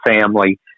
family